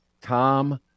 Tom